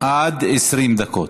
עד 20 דקות.